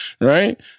right